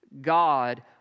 God